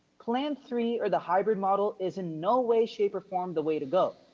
plan three, or the hybrid model is in no way, shape, or form the way to go.